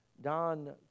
Don